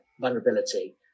vulnerability